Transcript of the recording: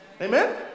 Amen